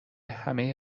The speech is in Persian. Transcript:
همه